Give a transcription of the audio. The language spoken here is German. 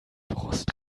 brust